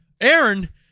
Aaron